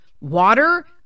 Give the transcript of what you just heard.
Water